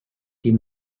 die